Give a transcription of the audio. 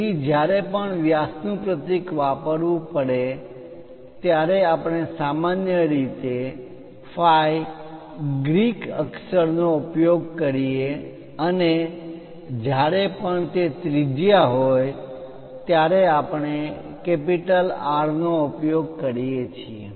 તેથી જ્યારે પણ વ્યાસ નું પ્રતીક વાપરવું પડે ત્યારે આપણે સામાન્ય રીતે phi ગ્રીક અક્ષર નો ઉપયોગ કરીએ અને જ્યારે પણ તે ત્રિજ્યા હોય ત્યારે આપણે R નો ઉપયોગ કરીએ છીએ